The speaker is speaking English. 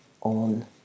on